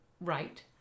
right